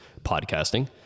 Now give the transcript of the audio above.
podcasting